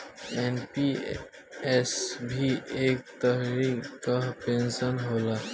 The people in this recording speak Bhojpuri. एन.पी.एस भी एक तरही कअ पेंशन होला